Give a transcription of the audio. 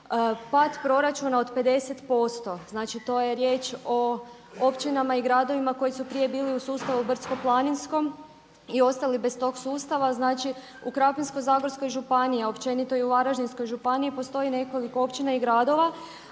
pad proračuna od 50%? Znači to je riječ o općinama i gradovima koji su prije bili u sustavu brdsko-planinskom i ostali bez tog sustava. Znači u Krapinsko-zagorskoj županiji a općenito i u Varaždinskoj županiji postoji nekoliko općina i gradova.